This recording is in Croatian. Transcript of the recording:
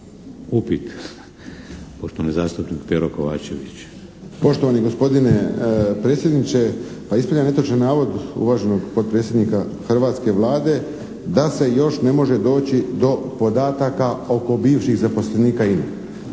Upit. Poštovani zastupnik Pero Kovačević. **Kovačević, Pero (HSP)** Poštovani gospodine predsjedniče, pa ispravljam netočni navod uvaženog potpredsjednika hrvatske Vlade da se još ne može doći do podataka oko bivših zaposlenika